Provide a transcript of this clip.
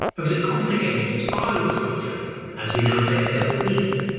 it was a complicated spiral structure as we now say a double helix.